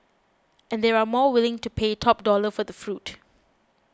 and they are more willing to pay top dollar for the fruit